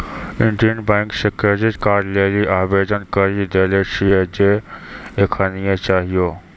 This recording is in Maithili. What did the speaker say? इन्डियन बैंक से क्रेडिट कार्ड लेली आवेदन करी देले छिए जे एखनीये चाहियो